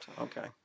Okay